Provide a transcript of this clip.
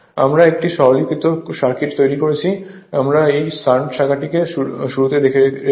আমরা একটি সরলীকৃত সার্কিট তৈরি করেছি আমরা এই শান্ট শাখাটিকে শুরুতে রেখেছি